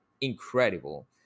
incredible